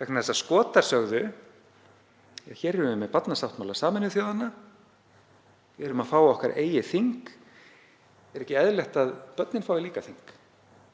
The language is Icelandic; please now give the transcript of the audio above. vegna þess að Skotar sögðu: Við erum með barnasáttmála Sameinuðu þjóðanna. Við erum að fá okkar eigið þing. Er ekki eðlilegt að börnin fái líka þing?